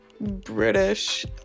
British